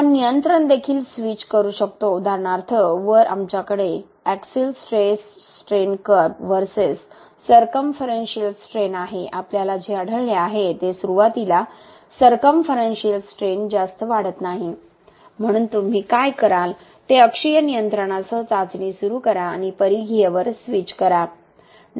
आपण नियंत्रण देखील स्विच करू शकतो उदाहरणार्थ वर आमच्याकडे axial stress strain curve versus circumferential strain आहे आपल्याला जे आढळले आहे ते सुरुवातीला सरकम फरनशिअल स्ट्रेन जास्त वाढत नाही म्हणून तुम्ही काय कराल ते अक्षीय नियंत्रणासह चाचणी सुरू करा आणि परिघीय वर स्विच करा